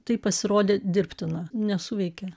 tai pasirodė dirbtina nesuveikė